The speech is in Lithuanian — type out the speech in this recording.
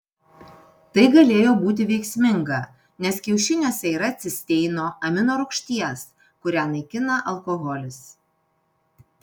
tai galėjo būti veiksminga nes kiaušiniuose yra cisteino amino rūgšties kurią naikina alkoholis